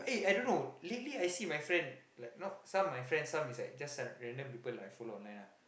eh I don't know lately I see my friend like not some my friend some is like just some random people I follow online ah